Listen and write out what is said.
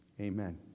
amen